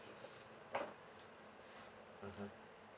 mmhmm